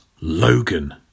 Logan